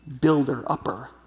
builder-upper